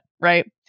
right